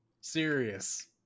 serious